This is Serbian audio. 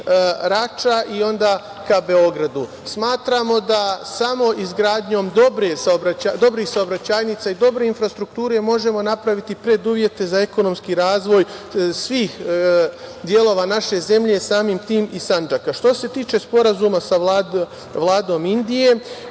Rača i onda ka Beogradu. Smatramo da samo izgradnjom dobrih saobraćajnica i dobre infrastrukture možemo napraviti preduslove za ekonomski razvoj svih delova naše zemlje, samim tim i Sandžaka. Što se tiče Sporazuma sa Vladom Indije,